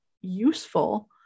useful